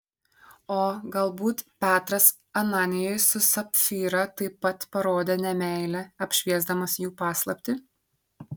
o galbūt petras ananijui su sapfyra taip pat parodė nemeilę apšviesdamas jų paslaptį